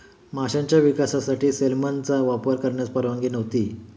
माशांच्या विकासासाठी सेलमनचा वापर करण्यास परवानगी नव्हती